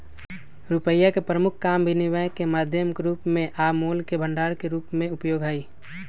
रुपइया के प्रमुख काम विनिमय के माध्यम के रूप में आ मोल के भंडार के रूप में उपयोग हइ